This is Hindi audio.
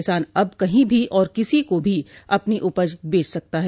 किसान अब कहीं भी और किसी को भी अपनी उपज बेच सकता है